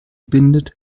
bindet